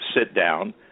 sit-down